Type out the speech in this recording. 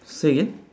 say again